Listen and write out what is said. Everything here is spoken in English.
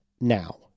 now